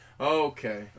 Okay